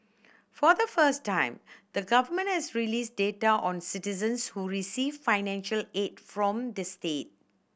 for the first time the Government has released data on citizens who receive financial aid from the state